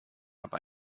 habe